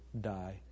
die